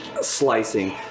slicing